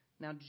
Now